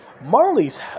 Marley's